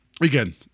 again